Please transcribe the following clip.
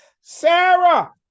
sarah